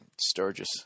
Sturgis